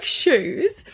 shoes